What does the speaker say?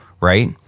right